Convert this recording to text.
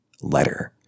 letter